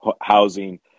housing